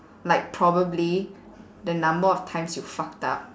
like probably the number of times you fucked up